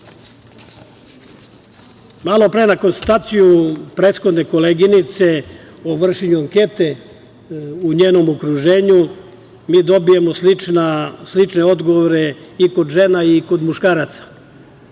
na konstataciju prethodne koleginice o vršenju ankete u njenom okruženju, mi dobijamo slične odgovore i kod žena i kod muškaraca.